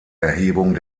erhebung